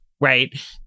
right